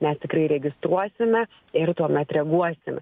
mes tikrai registruosime ir tuomet reaguosim